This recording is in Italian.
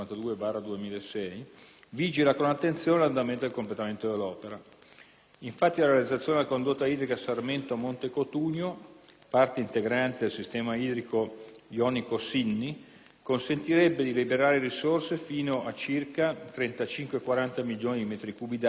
vigila con attenzione 1'andamento del completamento dell'opera. Infatti, la realizzazione della condotta idrica Sarmento-Monte Cotugno, parte integrante del sistema idrico ionico Sinni, consentirebbe di liberare risorse fino a circa 35-40 milioni di metri cubi d'acqua in favore della Puglia,